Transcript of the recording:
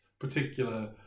particular